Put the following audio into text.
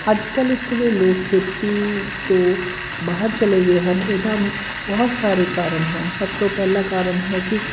ਅੱਜ ਕੱਲ੍ਹ ਇੱਥੋਂ ਦੇ ਲੋਕ ਖੇਤੀ ਤੋਂ ਬਾਹਰ ਚਲੇ ਗਏ ਹਨ ਇਹਦਾ ਬਹੁਤ ਸਾਰੇ ਕਾਰਨ ਹਨ ਸਭ ਤੋਂ ਪਹਿਲਾ ਕਾਰਨ ਹੈ ਕਿ